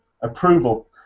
approval